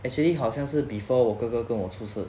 actually 好像是 before 我哥哥跟我出世